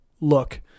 look